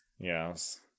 Yes